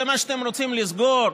זה מה שאתם רוצים לסגור?